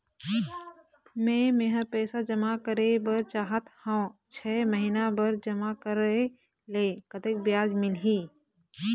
मे मेहर पैसा जमा करें बर चाहत हाव, छह महिना बर जमा करे ले कतक ब्याज मिलही?